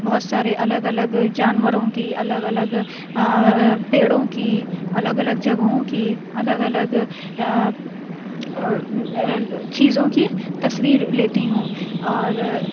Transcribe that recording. بہت سارے الگ الگ جانوروں کی الگ الگ پیڑوں کی الگ الگ جگہوں کی الگ الگ چیزوں کی تصویر لیتی ہوں اور